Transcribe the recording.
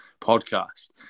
podcast